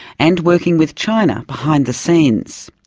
and working with china behind the scenes.